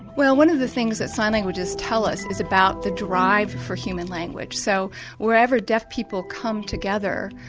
well one of the things that sign languages tell us is about the drive for human language. so wherever deaf people come together,